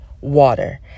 water